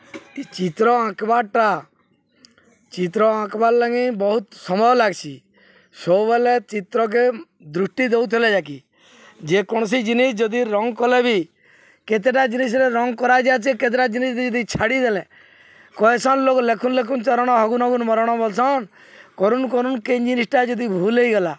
ଚିତ୍ର ଆଙ୍କବାର୍ଟା ଚିତ୍ର ଆଙ୍କ୍ବାର୍ ଲାଗି ବହୁତ୍ ସମୟ ଲାଗ୍ସି ସବୁବେଲେ ଚିତ୍ରକେ ଦୃଷ୍ଟି ଦଉଥିଲେ ଯାକି ଯେକୌଣସି ଜିନିଷ୍ ଯଦି ରଙ୍ଗ୍ କଲେ ବି କେତେଟା ଜିନିଷ୍ରେ ରଙ୍ଗ୍ କରାଯାଏସି କେତେଟା ଜିନିଷ୍ ଯଦି ଛାଡ଼ିଦେଲେ କହେସନ୍ ଲୋକ୍ ଲେଖୁନ୍ ଲେଖୁନ୍ ଚରଣ ହଗୁନ୍ ହଗୁନ୍ ମରଣ ବଲ୍ସନ୍ କରୁନ୍ କରୁନ୍ କେନ୍ ଜିନିଷ୍ଟା ଯଦି ଭୁଲ୍ ହେଇଗଲା